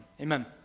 Amen